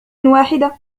واحدة